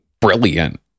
brilliant